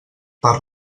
per